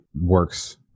works